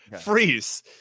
freeze